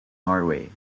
norway